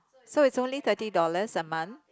so its only thirty dollars a month